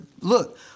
look